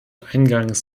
eingangs